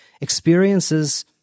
experiences